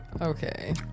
Okay